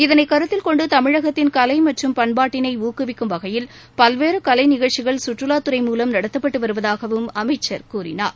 இதனை கருத்தில் கொண்டு தமிழகத்தின் கலை மற்றும் பண்பாட்டினை ஊக்குவிக்கும் வகையில் பல்வேறு கலை நிகழ்ச்சிகள் சுற்றுவாத் துறை மூலம் நடத்தப்பட்டு வருவதாகவும் அமைச்சர் கூறினார்